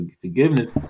forgiveness